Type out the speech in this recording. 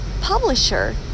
Publisher